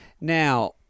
Now